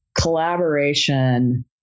collaboration